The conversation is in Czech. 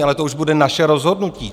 Ale to už bude naše rozhodnutí.